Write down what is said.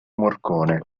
morcone